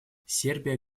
сербия